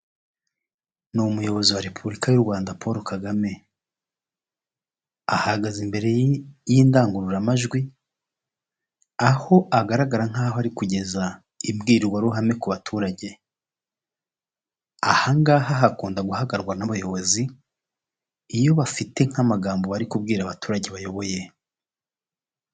Ni umuyobozi wa repubulika y'u Rwanda Paul Kagame. Ahagaze imbere y'indangururamajwi, aho agaragara nk'aho ari kugeza imbwirwaruhame ku baturage. Ahangaha hakunda guhagarwa n'abayobozi, iyo bafite nk'amagambo bari kubwira abaturage bayoboye.